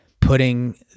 putting